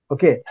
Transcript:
Okay